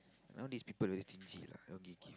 now these people very stingy lah cannot give gift